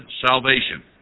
salvation